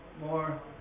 more